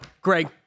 Greg